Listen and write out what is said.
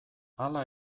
hala